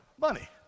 Money